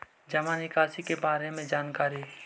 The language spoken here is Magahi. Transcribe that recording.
जामा निकासी के बारे में जानकारी?